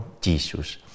Jesus